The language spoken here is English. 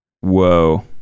Whoa